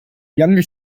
younger